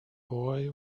boy